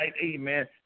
amen